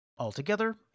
Altogether